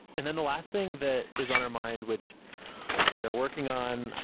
and then the last thing that is on our mind, which we are working on,